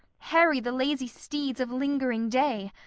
harry the lazy steeds of lingering day,